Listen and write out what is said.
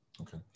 Okay